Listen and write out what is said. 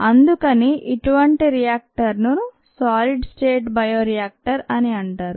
అందుకని ఇటువంటి రియాక్టర్ ను సాలిడ్ స్టేట్ బయోరియాక్టర్ అని అంటారు